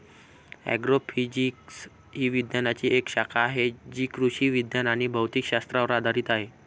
agrophysics ही विज्ञानाची एक शाखा आहे जी कृषी विज्ञान आणि भौतिक शास्त्रावर आधारित आहे